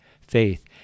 faith